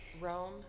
Rome